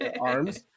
arms